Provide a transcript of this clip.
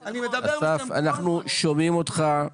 אסף, אנחנו שומעים אותך היטב.